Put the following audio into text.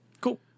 Cool